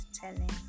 telling